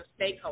stakeholders